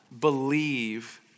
believe